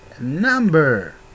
number